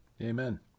Amen